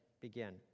begin